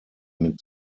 mit